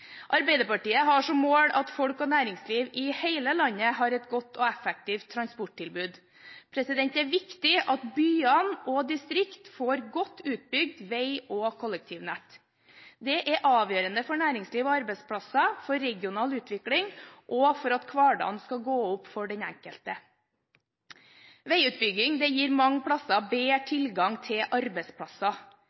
Arbeiderpartiet har som mål at folk og næringsliv i hele landet skal ha et godt og effektivt transporttilbud. Det er viktig at byene og distriktene får et godt utbygd vei- og kollektivnett. Det er avgjørende for næringsliv og arbeidsplasser, for regional utvikling og for at hverdagen skal gå opp for den enkelte. Veiutbygging gir mange steder bedre tilgang til arbeidsplasser.